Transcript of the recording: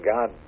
God